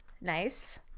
Nice